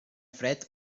fred